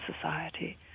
society